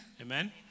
Amen